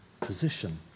position